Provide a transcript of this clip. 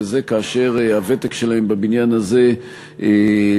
וזה כאשר הוותק שלהם בבניין הזה בשבועות,